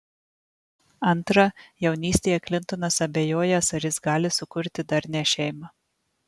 antra jaunystėje klintonas abejojęs ar jis gali sukurti darnią šeimą